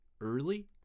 early